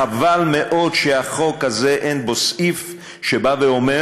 חבל מאוד שהחוק הזה, אין בו סעיף שבא ואומר